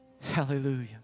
Hallelujah